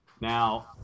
Now